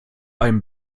einem